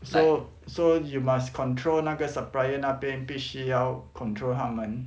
so so you must control 那个 supplier 那边必须要 control 他们